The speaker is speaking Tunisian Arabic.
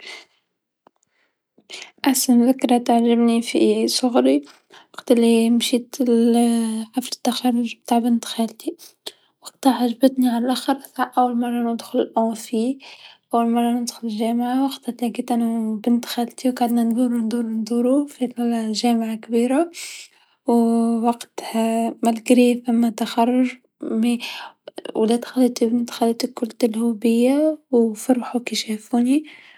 أسن ذكرى تعجبني في صغري وقت لمشيت حفل التخرج نتاع بنت خالتي، وقتها عجبتني على الآخرتع أول مرا ندخل الأمفي، أول مرا ندخل الجامعه، وقتها كنت أنا و بنت خالتي و قعدنا ندورو ندورو ندورو في ظل الجامعه كبيرا و وقتها حتى و كان ماين تخرج لكن ولاد خالتي و بنات خالتي الكل تلهو بيا و فرحو كيشافوني.